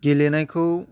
गेलेनायखौ